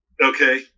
Okay